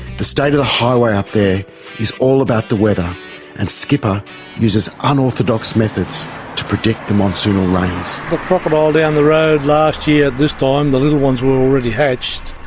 the state of the highway up there is all about the weather and skipper uses unorthodox methods to predict the monsoonal rains. the crocodile down the road last year, this time, the little ones were already hatched.